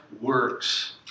works